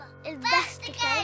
Investigate